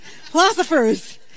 Philosophers